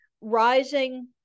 rising